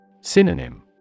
Synonym